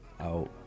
out